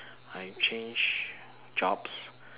I changed jobs